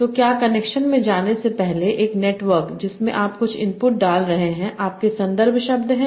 तो क्या कनेक्शन में जाने से पहले एक नेटवर्कजिसमें आप कुछ इनपुट डाल रहे हैं आपके संदर्भ शब्द हैं